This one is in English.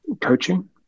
coaching